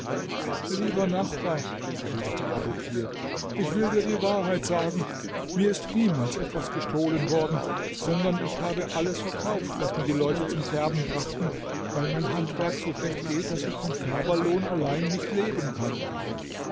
lieber nachbar erwiderte abukir ich will dir die wahrheit sagen mir ist niemals etwas gestohlen worden sondern ich habe alles verkauft was mir die leute zum färben brachten weil mein handwerk so schlecht geht daß ich vom färberlohn allein nicht leben kann